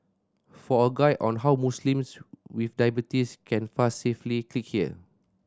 for a guide on how Muslims with diabetes can fast safely click here